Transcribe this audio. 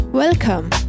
Welcome